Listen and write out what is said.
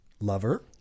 lover